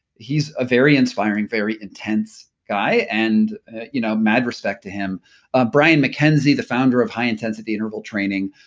he's a very inspiring, very intense guy and you know mad respect to him ah brian mackenzie, the founder of high-intensity interval-training.